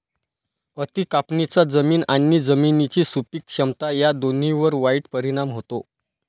अति कापणीचा जमीन आणि जमिनीची सुपीक क्षमता या दोन्हींवर वाईट परिणाम होतो